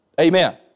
Amen